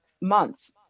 months